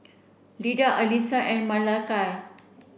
Leda Elisa and Makaila